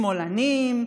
שמאלנים,